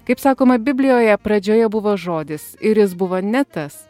kaip sakoma biblijoje pradžioje buvo žodis ir jis buvo ne tas